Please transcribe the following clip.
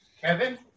Kevin